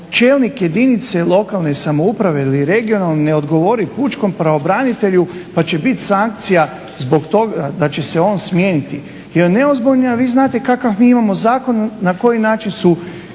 čelnik jedinice lokalne samouprave ili regionalne ne odgovori pučkom pravobranitelju pa će biti sankcija zbog toga da će se on smijeniti. Jer …/Govornik se ne razumije./… znate kakav mi imamo zakon na koji način su